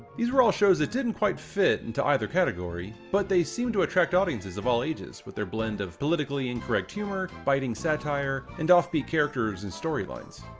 these were all shows that didn't quite fit into either category, but they seem to attract audiences of all ages, with their blend of politically incorrect humor, biting satire, and offbeat characters and storylines.